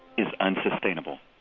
is unsustainable.